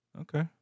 Okay